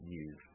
use